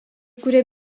kurie